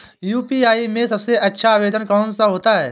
UPI में सबसे अच्छा आवेदन कौन सा होता है?